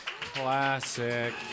classic